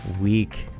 week